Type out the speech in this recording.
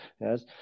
yes